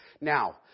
Now